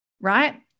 right